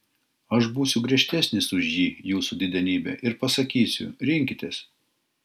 aš būsiu griežtesnis už ji jūsų didenybe ir pasakysiu rinkitės